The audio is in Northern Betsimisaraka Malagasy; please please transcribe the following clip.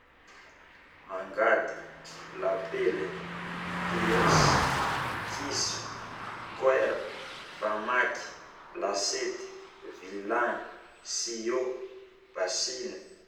Angady, lapeligny, piôsy, kiso, koera, famaky, siô, lasety, vilagny, basiny